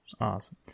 Awesome